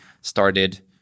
started